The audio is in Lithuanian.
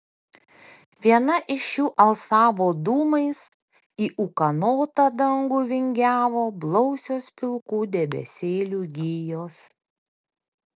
viena iš jų alsavo dūmais į ūkanotą dangų vingiavo blausios pilkų debesėlių gijos